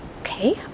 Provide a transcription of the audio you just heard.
Okay